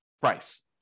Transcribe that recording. price